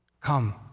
Come